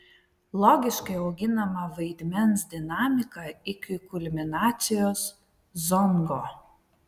logiškai auginama vaidmens dinamika iki kulminacijos zongo